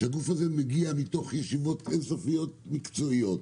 שהגוף הזה מגיע מתוך ישיבות אינסופיות מקצועיות,